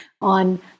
on